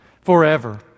forever